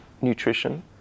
nutrition